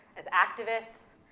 as activists,